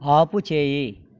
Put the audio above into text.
ఆపుచేయి